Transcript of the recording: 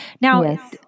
Now